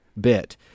bit